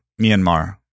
Myanmar